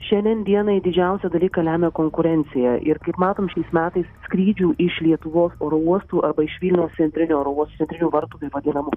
šiandien dienai didžiausią dalyką lemia konkurencija ir kaip matom šiais metais skrydžių iš lietuvos oro uostų arba iš vilniaus centrinio oro uosto centrinių vartų taip vadinamų